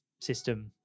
system